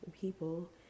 people